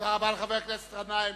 תודה לחבר הכנסת גנאים.